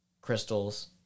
crystals